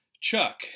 Chuck